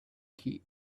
key